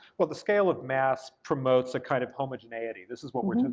well, the scale of mass promotes a kind of homogeneity, this is what we're